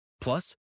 Plus